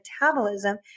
metabolism